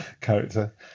character